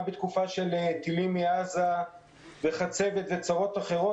גם בתקופה של טילים מעזה וחצבת וצרות אחרות